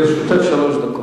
לרשותך שלוש דקות.